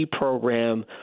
program